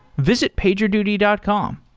visit pagerduty dot com.